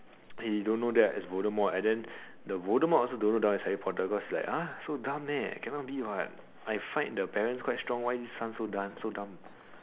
he don't know that is the voldemort and then the voldemort also don't know that one is Harry Potter because cannot be what I fight the parents so strong why the son so dumb